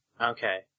Okay